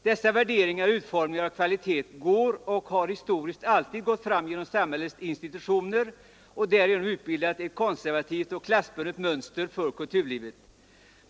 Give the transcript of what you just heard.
Dessa värderingar och utformningar av kvalitet går och har historiskt alltid gått fram genom samhällets institutioner och därigenom utbildat ett konservativt och klassbundet mönster för kulturlivet.